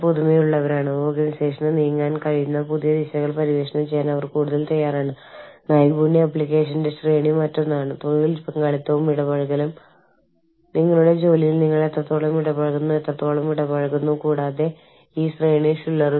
മറുവശത്ത് വളരെ വ്യക്തിഗത സമൂഹങ്ങളിൽ നിന്നും വളരെ ലക്ഷ്യബോധമുള്ള സമൂഹങ്ങളിൽ നിന്നും വളരെ കുറച്ച് ശക്തി ദൂരത്തിൽ അല്ലെങ്കിൽ ചെറിയ പവർ അകലത്തിൽ കുറഞ്ഞ പവർ അകലത്തിൽ നിന്നും വരുന്ന ആളുകൾക്ക് ഇപ്പോൾ ഇടുങ്ങിയതായി അനുഭവപ്പെടാം കൂടാതെ നിയന്ത്രണങ്ങൾ അനുഭവപ്പെടാം